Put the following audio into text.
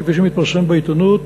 כפי שמתפרסם בעיתונות,